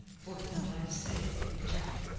for his life's sake, return.